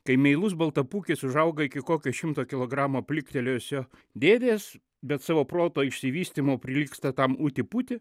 kai meilus baltapūkis užauga iki kokio šimto kilogramų pliktelėjusio dėdės bet savo proto išsivystymo prilygsta tam uti puti